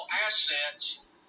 assets